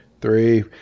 three